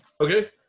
Okay